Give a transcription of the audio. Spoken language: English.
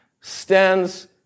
stands